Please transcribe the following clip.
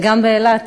וגם באילת,